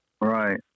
Right